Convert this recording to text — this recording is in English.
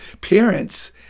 parents